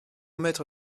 maître